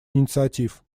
инициатив